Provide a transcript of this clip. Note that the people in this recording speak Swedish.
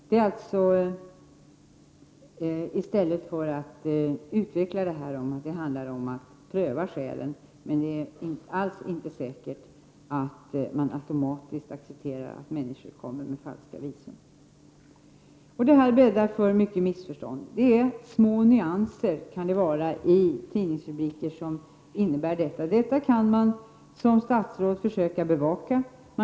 Det gäller att pröva skälen, men det är inte alls säkert att man accepterar att människor kommer med falska visum. I det här sammanhanget har det orsakat många missförstånd. Det kan vara små nyanser i tidningsrubriker som åstadkommer detta. Som statsråd kan man försöka bevaka det hela.